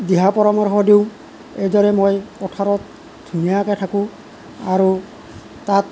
দিহা পৰামৰ্শ দিওঁ এইদৰে মই পথাৰত ধুনীয়াকে থাকোঁ আৰু তাত